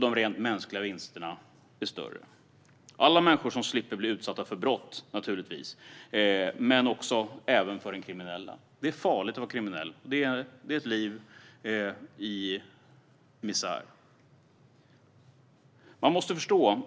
De rent mänskliga vinsterna är ännu större. Det gäller förstås alla människor som slipper att bli utsatta för brott men även den kriminelle. Det är farligt att vara kriminell; det är ett liv i misär. Man måste dock förstå